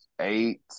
eight